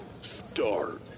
start